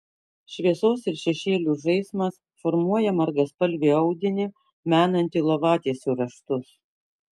šviesos ir šešėlių žaismas formuoja margaspalvį audinį menantį lovatiesių raštus